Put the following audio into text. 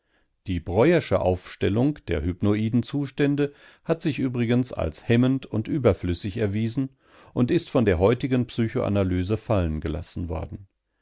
die breuersche aufstellung der hypnoiden zustände hat sich übrigens als hemmend und überflüssig erwiesen und ist von der heutigen psychoanalyse fallen gelassen worden